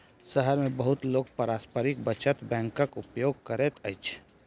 शहर मे बहुत लोक पारस्परिक बचत बैंकक उपयोग करैत अछि